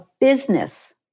business